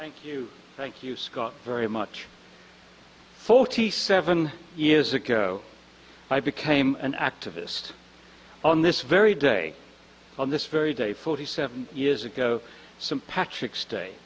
thank you thank you scott very much forty seven years ago i became an activist on this very day on this very day forty seven years ago some patrick's day